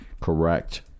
Correct